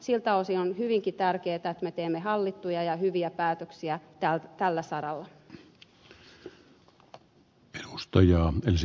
siltä osin on hyvinkin tärkeätä että me teemme hallittuja ja hyviä päätöksiä tällä saralla